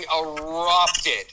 erupted